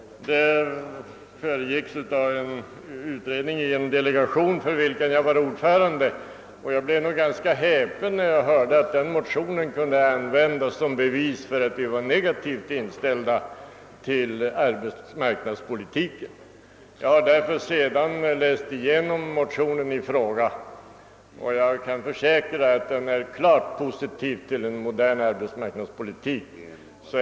Dessförinnan hade frågorna utretts i en de legation för vilken jag var ordförande, och jag blev ganska häpen när jag hörde att den motionen kunde användas som bevis för att vi var negativt inställda till arbetsmarknadspolitiken. Jag har därför efteråt läst igenom motionen, och jag kan försäkra att den är klart positiv till en modern arbetsmarknadspolitik.